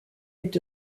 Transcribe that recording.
est